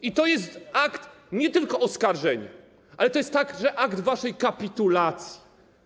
I to jest akt nie tylko oskarżenia, ale to jest także akt waszej kapitulacji.